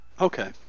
Okay